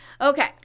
Okay